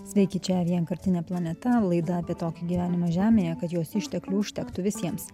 sveiki čia vienkartinė planeta laida apie tokį gyvenimą žemėje kad jos išteklių užtektų visiems